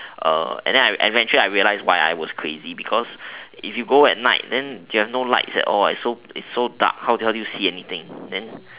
and then I eventually I realized why I was crazy because if you go at night then you have no light at all what it's so it's so dark how do you how do you see anything then